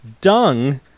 dung